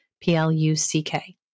P-L-U-C-K